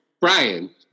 Brian